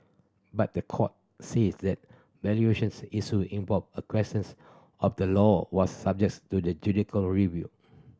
but the court said the valuations issue involved a questions of the law was subjects to the judicial review